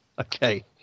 Okay